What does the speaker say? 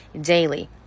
daily